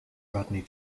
rodney